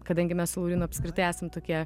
kadangi mes apskritai esam tokie